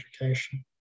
education